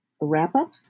wrap-up